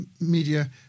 media